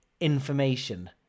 information